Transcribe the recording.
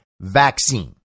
vaccine